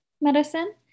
medicine